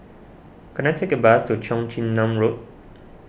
can I take a bus to Cheong Chin Nam Road